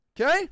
Okay